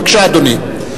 בבקשה, אדוני.